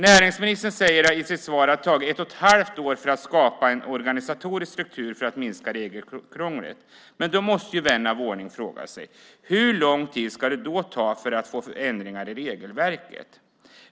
Näringsministern säger i sitt svar att det har tagit ett och ett halvt år att skapa en organisatorisk struktur för att minska regelkrånglet. Men då måste vän av ordning fråga sig: Hur lång tid ska det ta för att få ändringar i regelverket?